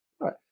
right